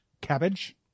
cabbage